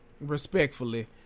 respectfully